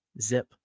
Zip